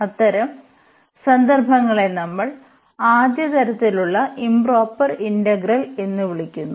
അത്തരം സന്ദർഭങ്ങളെ നമ്മൾ ആദ്യ തരത്തിലുള്ള ഇംപ്റോപർ ഇന്റഗ്രൽ എന്ന് വിളിക്കുന്നു